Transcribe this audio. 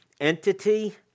entity